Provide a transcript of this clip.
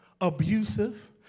abusive